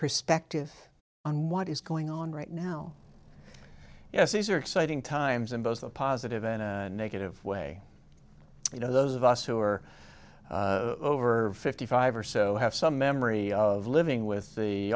perspective on what is going on right now yes these are exciting times in both the positive and negative way you know those of us who are over fifty five or so have some memory of living with the